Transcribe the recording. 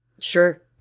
Sure